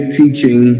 teaching